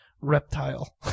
reptile